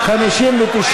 לסעיף 2 לא נתקבלו.